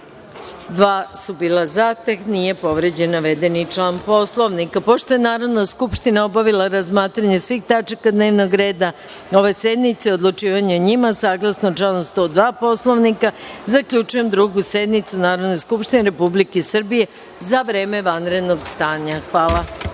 da nije povređen navedeni član Poslovnika. Pošto je Narodna skupština obavila razmatranje svih tačaka dnevnog reda ove sednice i odlučivanje o njima, saglasno članu 102. Poslovnika, zaključujem Drugu sednicu Narodne skupštine Republike Srbije za vreme vanrednog stanja. Hvala.